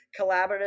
collaborative